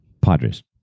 Padres